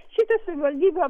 šitai savivaldybė